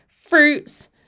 fruits